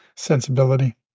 Sensibility